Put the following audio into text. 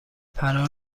فرار